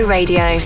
Radio